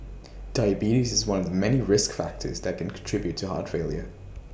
diabetes is one many risk factors that can contribute to heart failure